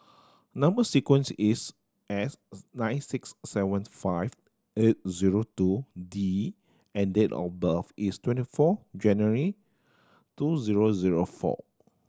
number sequence is S nine six seven five eight zero two D and date of birth is twenty four January two zero zero four